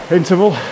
interval